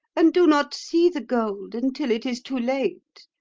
and do not see the gold until it is too late.